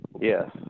Yes